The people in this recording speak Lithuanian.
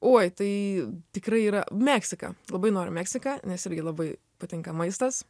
uoj tai tikrai yra meksika labai noriu į meksiką nes irgi labai patinka maistas